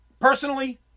personally